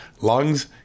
lungs